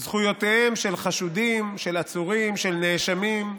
זכויותיהם של חשודים, של עצורים, של נאשמים,